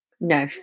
No